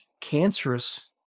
cancerous